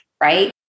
right